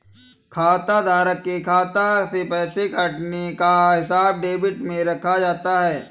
खाताधारक के खाता से पैसे कटने का हिसाब डेबिट में रखा जाता है